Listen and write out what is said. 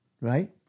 right